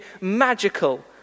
magical